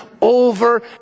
over